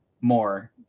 more